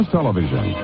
Television